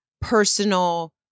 personal